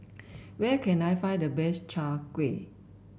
where can I find the best Chai Kuih